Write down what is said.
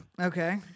Okay